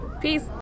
Peace